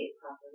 properly